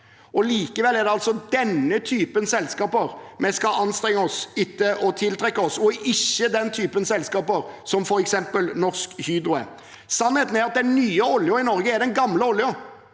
Likevel er det altså slike selskaper vi skal anstrenge oss for å tiltrekke oss, og ikke slike selskaper som f.eks. Norsk Hydro er. Sannheten er at den nye oljen i Norge er den gamle oljen.